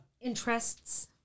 interests